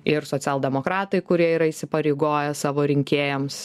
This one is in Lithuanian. ir socialdemokratai kurie yra įsipareigoję savo rinkėjams